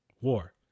war